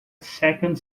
second